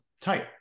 tight